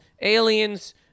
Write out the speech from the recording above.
aliens